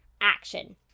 action